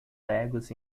legos